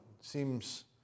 seems